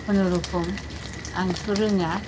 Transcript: खुनुरुखुम आंथ' रोङा